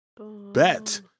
Bet